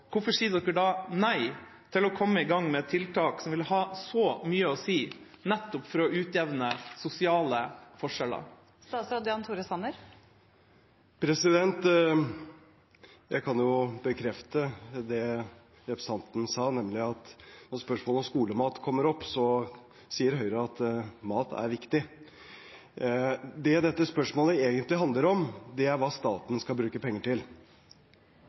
Hvorfor sier en da nei til å komme i gang med tiltak som vil ha så mye å si for nettopp å utjevne sosiale forskjeller? Jeg kan bekrefte det representanten sa, nemlig at når spørsmålet om skolemat kommer opp, sier Høyre at mat er viktig. Det dette spørsmålet egentlig handler om, er hva staten skal bruke penger til.